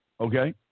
Okay